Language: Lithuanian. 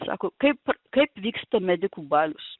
sako kaip kaip vyksta medikų balius